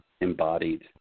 embodied